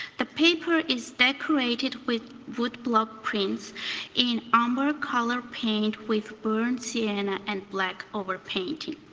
the paper is decorated with wood block prints in amber color paint with burns yeah in and black over painting.